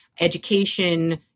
education